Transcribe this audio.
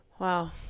wow